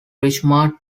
richmond